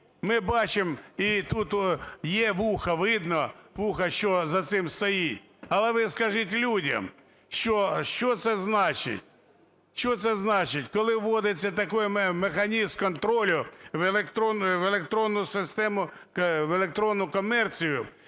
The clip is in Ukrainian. Ми бачимо, і тут є вуха, видно вуха, що за цим стоїть. Але ви скажіть людям, що це значить? Що це значить, коли вводиться такий механізм контролю в електронну систему,